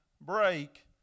break